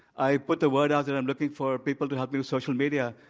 i put the word out there, i'm looking for people to help me with social media.